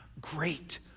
great